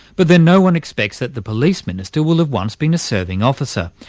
but then no-one expects that the police minister will have once been a serving officer,